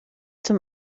zum